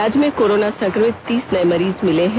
राज्य में कोरोना संक्रमित तीस नए मरीज मिले हैं